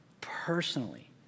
personally